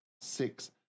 Six